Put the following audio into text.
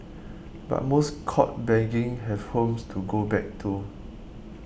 but most caught begging have homes to go back to